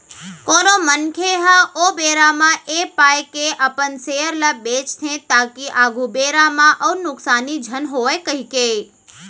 कोनो मनखे ह ओ बेरा म ऐ पाय के अपन सेयर ल बेंचथे ताकि आघु बेरा म अउ नुकसानी झन होवय कहिके